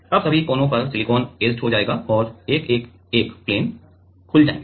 अब सभी किनारों पर सिलिकॉन ऐचेड हो जाएगा और 111 प्लेन खुल जाएंगे